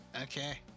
Okay